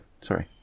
sorry